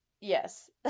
Yes